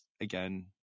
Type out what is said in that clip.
again